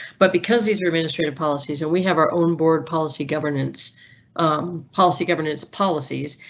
but because these are administrative policies and we have our own board, policy, governance um policy, governance policies,